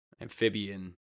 Amphibian